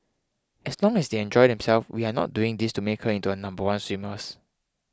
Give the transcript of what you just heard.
as long as they enjoy themselves we are not doing this to make her into a number one swimmers